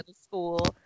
school